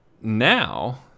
now